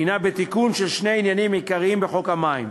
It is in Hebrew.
הוא בתיקון של שני עניינים עיקריים בחוק המים: